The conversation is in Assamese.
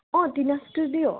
অঁ ত্ৰিনাভ ষ্টুডিঅ'